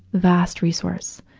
vast resource,